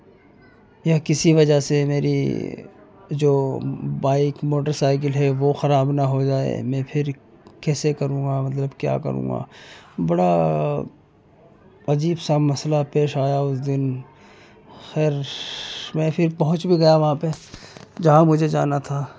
یا کسی وجہ سے میری جو بائک موٹر سائیکل ہے وہ خراب نہ ہو جائے میں پھر کیسے کروں گا مطلب کیا کروں گا بڑا عجیب سا مسئلہ پیش آیا اس دن خیر میں پھر پہنچ بھی گیا وہاں پہ جہاں مجھے جانا تھا